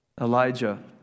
Elijah